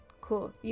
Cool